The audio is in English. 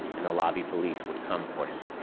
and the lobby police would come for him.